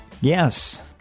Yes